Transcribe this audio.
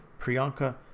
Priyanka